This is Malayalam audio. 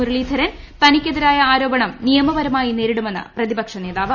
മുരളീധരൻ തനിക്കെതിരായ ആരോപണം നിയമപരമായി നേരിടുമെന്ന് പ്രതിപക്ഷ നേതാവ്